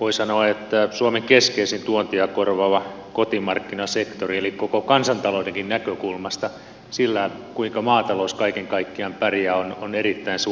voi sanoa suomen keskeisin tuontia korvaava kotimarkkinasektori eli koko kansantaloudenkin näkökulmasta sillä kuinka maatalous kaiken kaikkiaan pärjää on erittäin suuri merkitys